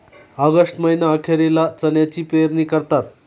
August महीना अखेरीला चण्याची पेरणी करतात